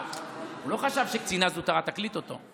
הוא לא חשב שקצינה זוטרה תקליט אותו.